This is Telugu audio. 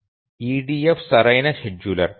EDF సరైన షెడ్యూలర్